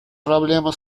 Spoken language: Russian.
проблема